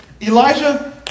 Elijah